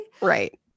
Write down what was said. Right